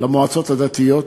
למועצות הדתיות.